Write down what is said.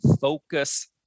focus